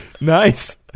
Nice